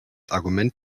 argument